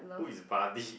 who is buddy